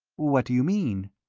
what do you mean?